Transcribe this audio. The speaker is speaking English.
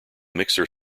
mixer